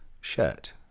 shirt